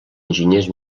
enginyers